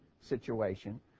situation